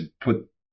put